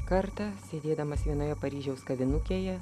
kartą sėdėdamas vienoje paryžiaus kavinukėje